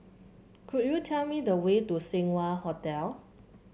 could you tell me the way to Seng Wah Hotel